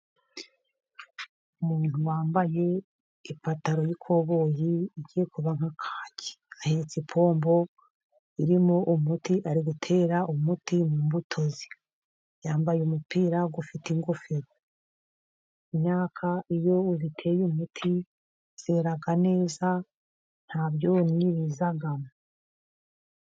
Umuntu wambaye ipantaro y'ikoboyi igiye kuba nka kaki, ahetse ipombo irimo umuti ari gutera umuti mu mbuto, yambaye umupira ufite ingofero, imyaka iyo iteye umuti yera neza ntabyonnyi bizamo.